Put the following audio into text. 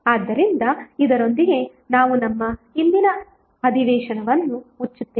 ಆದ್ದರಿಂದ ಇದರೊಂದಿಗೆ ನಾವು ನಮ್ಮ ಇಂದಿನ ಅಧಿವೇಶನವನ್ನು ಮುಚ್ಚುತ್ತೇವೆ